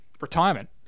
retirement